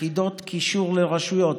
יחידות קישור לרשויות.